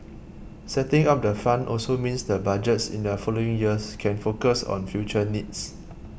setting up the fund also means the Budgets in the following years can focus on future needs